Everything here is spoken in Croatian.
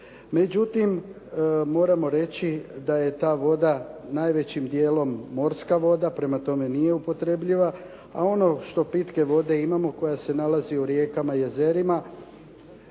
međutim moramo reći da je ta voda najvećim djelom morska voda, prema tome nije upotrebljiva, a ono što pitke vode imamo koja se nalazi u rijekama i jezerima